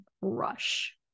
rush